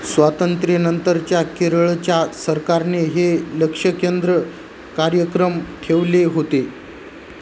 स्वातंत्र्यानंतरच्या केरळच्या सरकारने हे लक्षकेंद्र कायम ठेवले होते